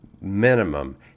minimum